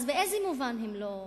אז באיזה מובן הם לא לגיטימיים?